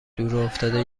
دورافتاده